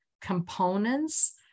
components